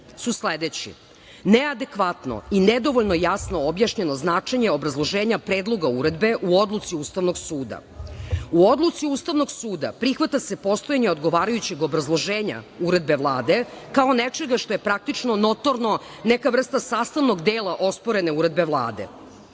su sledeći: neadekvatno i nedovoljno jasno objašnjeno značenje obrazloženja Predloga uredbe u odluci Ustavnog suda. U odluci Ustavnog suda prihvata se postojanje odgovarajućeg obrazloženja uredbe Vlade, kao nečega što je praktično notorno, neka vrsta sastavnog dela osporene uredbe Vlade.U